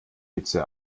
hitze